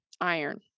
iron